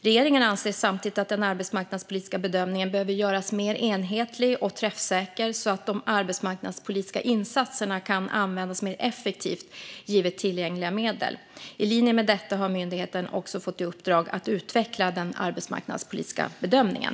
Regeringen anser samtidigt att den arbetsmarknadspolitiska bedömningen behöver göras mer enhetlig och träffsäker så att de arbetsmarknadspolitiska insatserna kan användas mer effektivt givet tillgängliga medel. I linje med detta har myndigheten också fått i uppdrag att utveckla den arbetsmarknadspolitiska bedömningen.